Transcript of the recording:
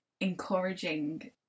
encouraging